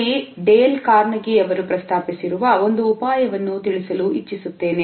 ಇಲ್ಲಿ Dale Carnegie ಅವರು ಪ್ರಸ್ತಾಪಿಸಿರುವ ಒಂದು ಉಪಾಯವನ್ನು ತಿಳಿಸಲು ಇಚ್ಚಿಸುತ್ತೇನೆ